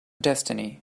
destiny